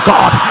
God